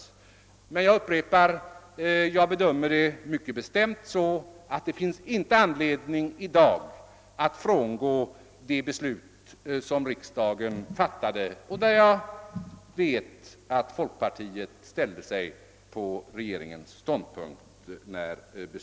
Men jag upprepar: [ dag finns det inte någon anledning att frångå det beslut som riksdagen fattade och i fråga om vilket jag tror att folkpartiet ställde sig på regeringens ståndpunkt.